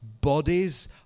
bodies